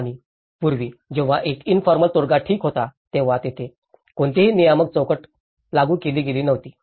आणि पूर्वी जेव्हा एक इनफॉर्मल तोडगा ठीक होता तेव्हा तेथे कोणतीही नियामक चौकट लागू केली गेली नव्हती